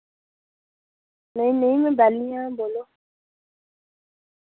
नेईं नेईं मैं बैल्ली आं बोल्लो